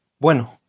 Bueno